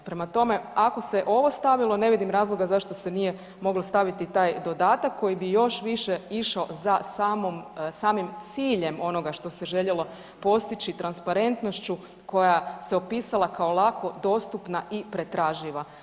Prema tome, ako se ovo stavilo, ne vidim razloga zašto se nije moglo staviti i taj dodatak koji bi još više išao za samim ciljem onoga što se željelo postići transparentnošću koja se opisala kao lako dostupna i pretraživa.